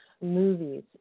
movies